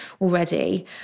already